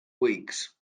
weeks